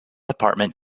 apartment